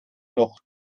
noch